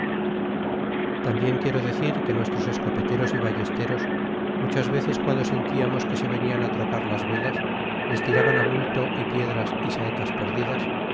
taunbien quiero decir que nuestros escopeteros y ballesteros muchas veces guando sentiarnos que se venian trocar las velas les tiraban bulto é piedras y saetas perdidas